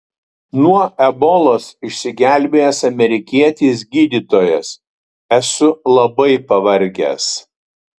nuo ebolos išsigelbėjęs amerikietis gydytojas esu labai pavargęs